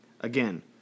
Again